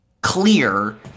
clear